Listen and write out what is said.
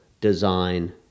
design